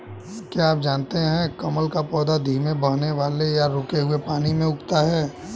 क्या आप जानते है कमल का पौधा धीमे बहने वाले या रुके हुए पानी में उगता है?